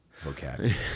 vocabulary